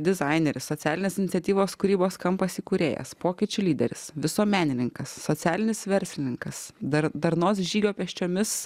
dizaineris socialinės iniciatyvos kūrybos kampas įkūrėjas pokyčių lyderis visuomenininkas socialinis verslininkas dar darnos žygio pėsčiomis